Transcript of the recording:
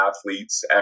athletes